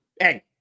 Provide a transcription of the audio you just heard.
hey